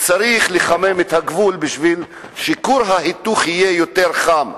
צריך לחמם את הגבול בשביל שכור ההיתוך יהיה יותר חם.